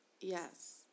Yes